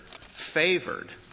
favored —